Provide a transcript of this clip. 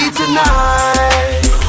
tonight